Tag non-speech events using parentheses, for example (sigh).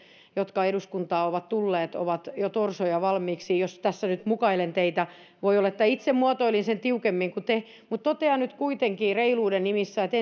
jotka eduskuntaan ovat tulleet ovat jo torsoja valmiiksi jos tässä nyt mukailen teitä voi olla että itse muotoilin sen tiukemmin kuin te mutta totean nyt kuitenkin reiluuden nimissä että (unintelligible)